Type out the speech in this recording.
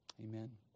Amen